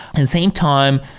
and same time,